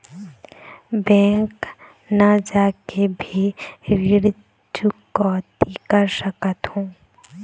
Bank न जाके भी ऋण चुकैती कर सकथों?